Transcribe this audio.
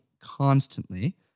constantly